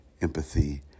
empathy